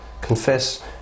confess